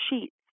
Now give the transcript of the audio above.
sheets